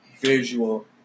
visual